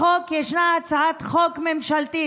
יש הצעת חוק ממשלתית,